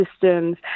systems